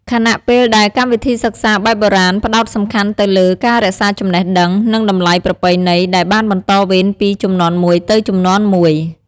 ខណៈពេលដែល កម្មវិធីសិក្សាបែបបុរាណផ្តោតសំខាន់ទៅលើ ការរក្សាចំណេះដឹង និង តម្លៃប្រពៃណី ដែលបានបន្តវេនពីជំនាន់មួយទៅជំនាន់មួយ។